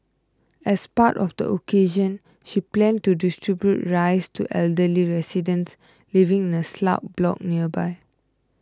as part of the occasion she planned to distribute rice to elderly residents living in a slab block nearby